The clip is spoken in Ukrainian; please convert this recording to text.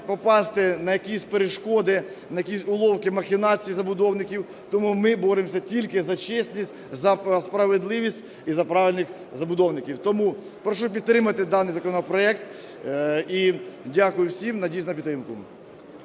попасти на якісь перешкоди, на якісь уловки, махінації забудовників. Тому ми боремося тільки за чесність, за справедливість і за правильних забудовників. Тому прошу підтримати даний законопроект. І Дякую всім. Надіюсь на підтримку.